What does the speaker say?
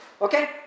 okay